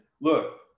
look